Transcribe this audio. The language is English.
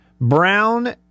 brown